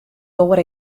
doar